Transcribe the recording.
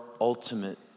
ultimate